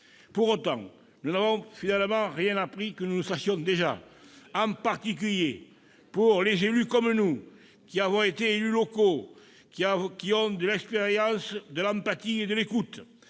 Pour autant, nous n'avons finalement rien appris que nous ne sachions déjà. Exactement ! En particulier pour des élus, comme nous qui avons été élus locaux, qui ont l'expérience de l'empathie et de l'écoute.